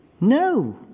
No